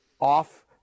off